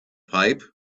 pipe